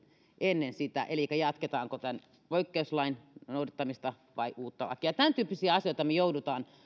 ennen sitä eli jatketaanko tämän poikkeuslain noudattamista vai uutta lakia tämäntyyppisiä asioita me joudumme